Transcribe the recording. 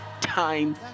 time